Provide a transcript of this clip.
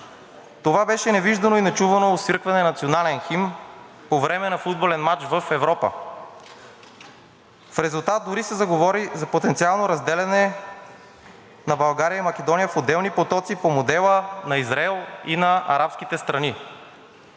Това беше невиждано и нечувано освиркване на национален химн по време на футболен мач в Европа, в резултат дори се заговори за потенциално разделяне на България и Македония в отделни потоци по модела на Израел и на арабските страни.